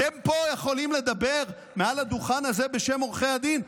אתם פה יכולים לדבר מעל הדוכן הזה בשם עורכי הדין?